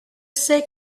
c’est